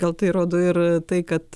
gal tai rodo ir tai kad